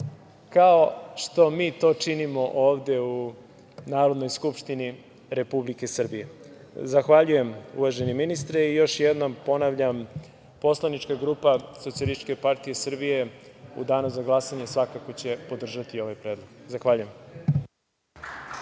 kao što mi to činimo ovde u Narodnoj skupštini Republike Srbije. Zahvaljujem, uvaženi ministre, i još jednom ponavljam - poslanička grupa SPS u danu za glasanje svakako će podržati ovaj predlog. **Radovan